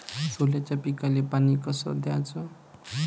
सोल्याच्या पिकाले पानी कस द्याचं?